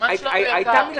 הייתה מלחמה.